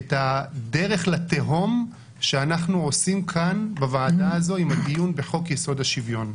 את הדרך לתהום שאנחנו עושים בוועדה הזאת עם הדיון בחוק יסוד השוויון.